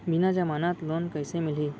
बिना जमानत लोन कइसे मिलही?